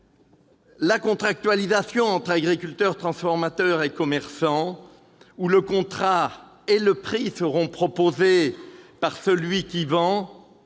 La contractualisation entre agriculteurs, transformateurs et commerçants, par laquelle « le contrat et le prix associé seront proposés par celui qui vend